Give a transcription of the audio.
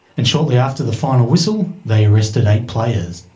and shortly after the final whistle, they arrested eight players.